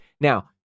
Now